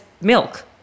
milk